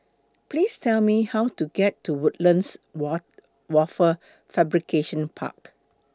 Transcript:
Please Tell Me How to get to Woodlands What Wafer Fabrication Park